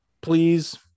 please